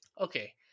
Okay